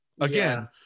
again